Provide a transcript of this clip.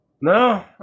no